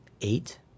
eight